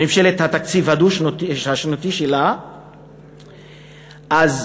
ממשלת התקציב הדו-שנתי, הביאו